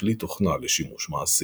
וככלי תוכנה לשימוש מעשי.